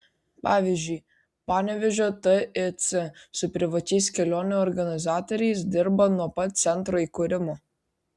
pavyzdžiui panevėžio tic su privačiais kelionių organizatoriais dirba nuo pat centro įkūrimo